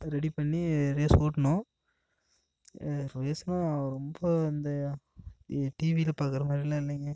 ready பண்ணி race ஓட்டினோம் ரேஸ்னால் ரொம்ப இந்த இது டிவியில பார்க்குற மாதிரிலாம் இல்லைங்க